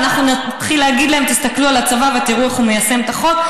ואנחנו נתחיל להגיד להם: תסתכלו על הצבא ותראו איך הוא מיישם את החוק.